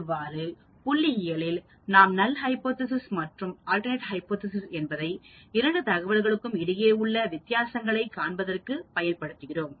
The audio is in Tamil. இவ்வாறு புள்ளியியலில் நாம் நல் ஹைபோதேசிஸ் மற்றும் அல்டர்நெட் ஹைபோதேசிஸ் என்பதை இரண்டு தகவல்களுக்கு இடையே உள்ள வித்தியாசங்களை காண்பதற்கு பயன்படுத்துகிறோம்